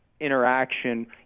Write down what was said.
interaction